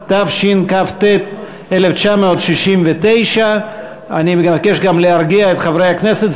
התשכ"ט 1969. אני מבקש גם להרגיע את חברי הכנסת,